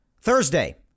Thursday